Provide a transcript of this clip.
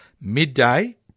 Midday